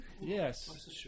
Yes